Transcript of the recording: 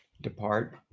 depart